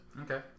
Okay